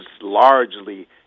largely